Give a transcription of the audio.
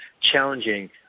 challenging